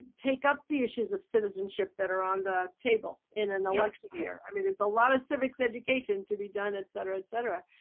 take up the issues of citizenship that are on the table in an election year. i mean there's a lot of civics education to be done, etcetera, etcetera.